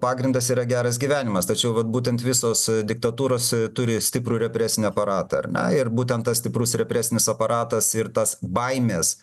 pagrindas yra geras gyvenimas tačiau vat būtent visos diktatūros turi stiprų represinį aparatą ar ne ir būtent tas stiprus represinis aparatas ir tas baimės